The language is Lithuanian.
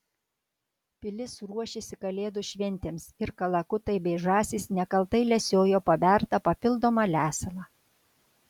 pilis ruošėsi kalėdų šventėms ir kalakutai bei žąsys nekaltai lesiojo pabertą papildomą lesalą